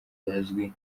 bazwi